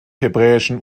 hebräischen